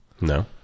No